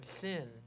sin